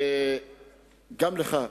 שגם לך,